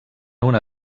una